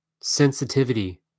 sensitivity